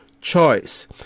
choice